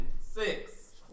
Six